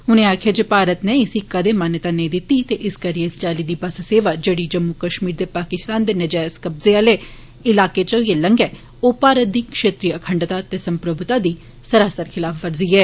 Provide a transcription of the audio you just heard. उनें आक्खेआ जे भारत नै इसी कदें मान्यता नेईं दिती ते इस करिए इस चाली दी बस सेवा जेड़ी जम्मू कश्मीर दे पाकिस्तान दे नजैज कब्जे आले इलाके चा होईए लंगै ओह भारत दी छेत्रीय अखंडता ते सम्प्रभुता दी सरासर खलाफवर्जी ऐ